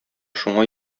шуңа